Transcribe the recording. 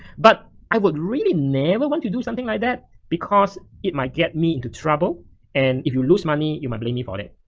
but i would really never want to do something like that because it might get me into trouble and if you lose money you may blame me for it.